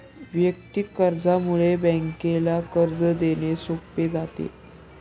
वैयक्तिक कर्जामुळे बँकेला कर्ज देणे सोपे जाते